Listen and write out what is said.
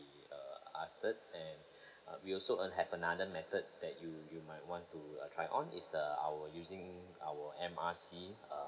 will be uh asked and we also have another method that you you might want to uh try on is uh our using our M R C uh